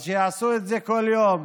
אז שיעשו את זה כל יום